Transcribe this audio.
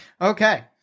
Okay